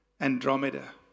Andromeda